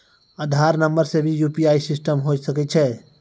आधार नंबर से भी यु.पी.आई सिस्टम होय सकैय छै?